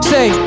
Say